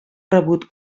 rebut